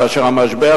כאשר המשבר,